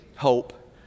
hope